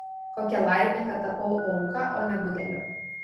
kokia laimė kad tapau auka o ne budeliu